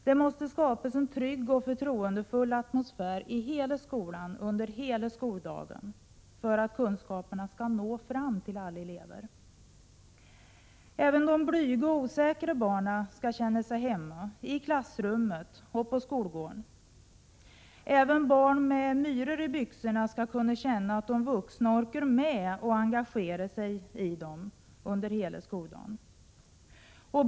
Det måste skapas en trygg och förtroendefull atmosfär i hela skolan, under hela skoldagen, för att undervisningen skall nå fram till alla elever. Även de blyga och osäkra barnen skall känna sig hemma i klassrummet och på skolgården. Även barn med ”myror i byxorna” skall känna att de vuxna orkar med att engagera sig för dem under hela skoldagen.